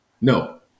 No